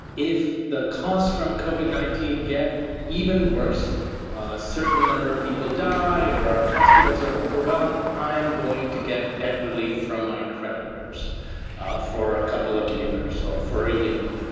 if the costs from covered nineteen get even worse, a certain number of people die or our hospitals are overwhelmed. i'm going to get debt relief from my creditors ah for a couple of years or for a year.